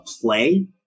play